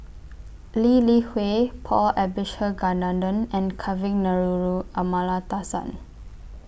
Lee Li Hui Paul Abisheganaden and Kavignareru Amallathasan